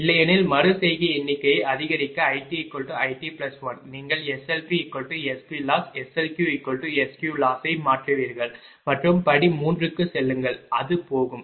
இல்லையெனில் மறு செய்கை எண்ணிக்கையை அதிகரிக்கITIT1 நீங்கள் SLPSPLoss SLQSQLoss ஐ மாற்றுவீர்கள் மற்றும் படி 3 க்குச் செல்லுங்கள் அது போகும்